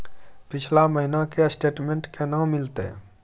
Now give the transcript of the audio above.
पिछला महीना के स्टेटमेंट केना मिलते?